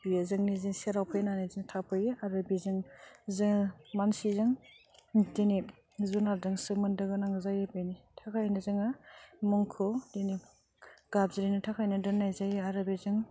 बियो जोंनि जे सेराव फैनानै बिदिनो थाफैयो आरो बेजों जो मानसिजों दिनै जुनारदों सोमोन्दो गोनां जायो बेनि थाखायनो जोङो मुंखौ दिनै गाबज्रिनो थाखायनो दोननाय जायो आरो बेजों